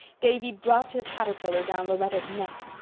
davy dropped the caterpillar down lauretta's neck.